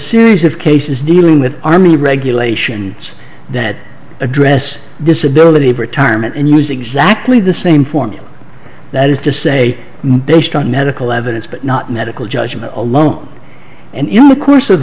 series of cases dealing with army regulation that address disability retirement and use exactly the same formula that is to say based on medical evidence but not medical judgment alone and in the course of